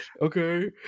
Okay